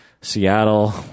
Seattle